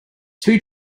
two